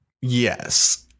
Yes